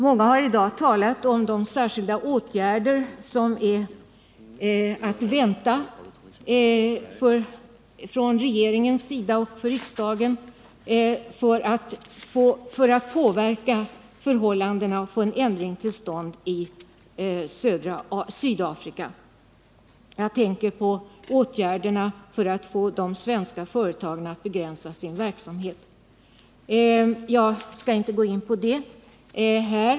Många har i dag talat om de särskilda åtgärder som är att vänta från regeringens sida och från riksdagens för att påverka förhållandena och för att få en ändring till stånd i Sydafrika. Jag tänker på åtgärder för att få de svenska företagen att begränsa sin verksamhet där. Jag skall inte närmare gå in på det nu.